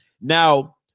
now